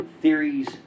theories